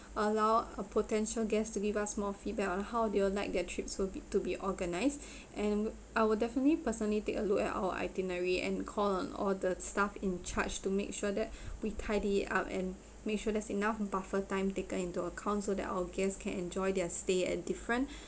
allow a potential guests to give us more feedback on how they will like their trips will be to be organised and I will definitely personally take a look at our itinerary and call on all the staff in charge to make sure that we tidy up and make sure there's enough buffer time taken into account so that our guests can enjoy their stay and different